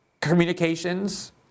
communications